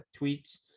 tweets